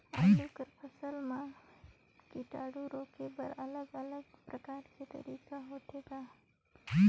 आलू कर फसल म कीटाणु रोके बर अलग अलग प्रकार तरीका होथे ग?